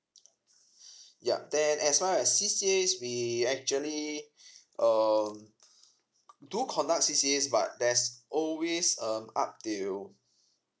yeah then as well as the C_C_A we actually um do conduct C_C_A but there's always um up till